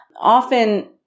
often